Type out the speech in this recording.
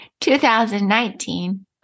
2019